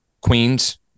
queens